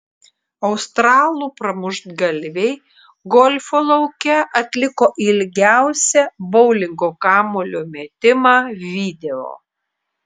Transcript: australų pramuštgalviai golfo lauke atliko ilgiausią boulingo kamuolio metimą video